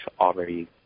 already